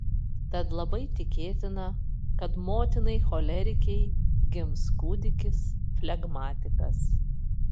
tad labai tikėtina kad motinai cholerikei gims kūdikis flegmatikas